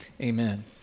amen